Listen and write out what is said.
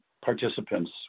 participants